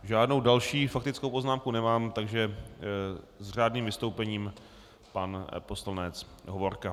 Žádnou další faktickou poznámku nemám, takže s řádným vystoupením pan poslanec Hovorka.